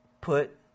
put